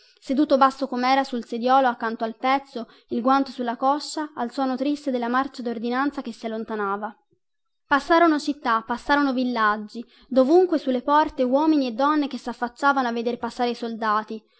seduto basso comera sul sediolo accanto al pezzo il guanto sulla coscia al suono triste della marcia dordinanza che si allontanava passarono città passarono villaggi dovunque sulle porte uomini e donne che saffacciavano a veder passare i soldati